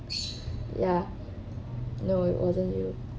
ya no it wasn't you